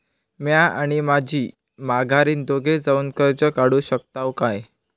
म्या आणि माझी माघारीन दोघे जावून कर्ज काढू शकताव काय?